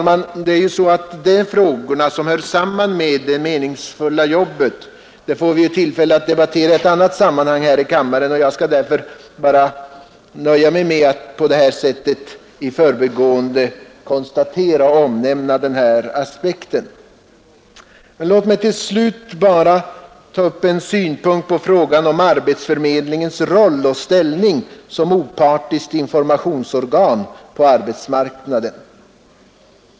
Men, herr talman, de frågor som hör samman med det meningsfulla jobbet får vi tillfälle att debattera i ett annat sammanhang här i kammaren, och jag skall därför nöja mig med att på det här sättet i förbigående omnämna den aspekten. Låt mig bara ta upp en synpunkt på frågan om arbetsförmedlingens roll och ställning som opartiskt informationsorgan på arbetsmarknaden.